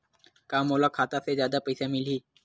का मोला खाता से जादा पईसा मिलही?